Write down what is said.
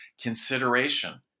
consideration